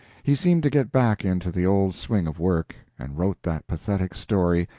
he seemed to get back into the old swing of work, and wrote that pathetic story,